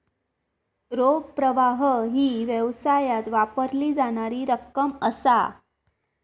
रोख प्रवाह ही व्यवसायात वापरली जाणारी रक्कम असा